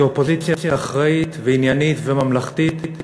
כאופוזיציה אחראית ועניינית וממלכתית,